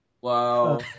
Wow